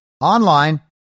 online